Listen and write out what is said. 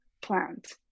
plant